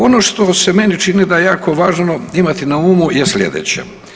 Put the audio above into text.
Ono što se meni čini da je jako važno imati na umu je slijedeće.